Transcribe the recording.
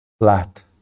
flat